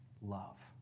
love